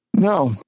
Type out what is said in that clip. No